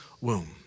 womb